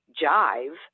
jive